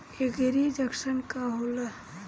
एगरी junction का होला?